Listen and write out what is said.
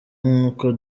nk’uko